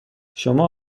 شما